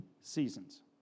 seasons